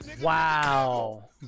Wow